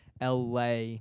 LA